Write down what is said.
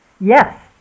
Yes